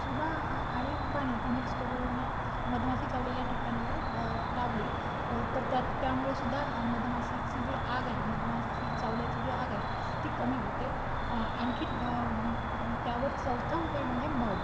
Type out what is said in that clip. चुना आणि पाणी हे मिक्स करून मधमाशी चावलेल्या ठिकाणावर लावली तर त्यात त्यामुळेसुद्धा मधमाशीची जी आग आहे मधमाशी चावल्याची जी आग आहे ती कमी होते आणखी त्यावर चौथा उपाय म्हणजे मध